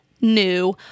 new